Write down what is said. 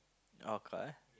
okay